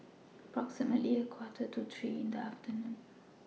approximately A Quarter to three in The afternoon